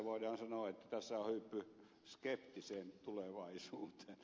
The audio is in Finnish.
voidaan sanoa että tässä on hyppy skeptiseen tulevaisuuteen